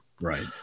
right